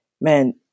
man